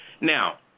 Now